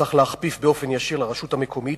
צריך להכפיף באופן ישיר לרשות המקומית,